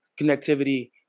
connectivity